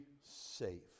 safe